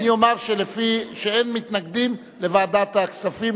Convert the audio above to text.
אני אומַר שאין מתנגדים לוועדת הכספים,